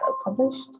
accomplished